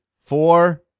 four